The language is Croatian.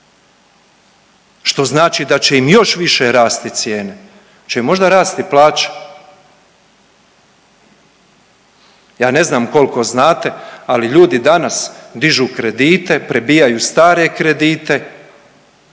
što znači da će im još više rasti cijene, će im možda rasti plaća? Ja ne znam kolko znate, ali ljudi danas dižu kredite, prebijaju stare kredite